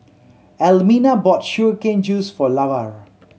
Almina bought sugar cane juice for Lavar